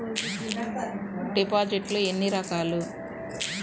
డిపాజిట్లు ఎన్ని రకాలు?